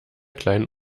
kleinen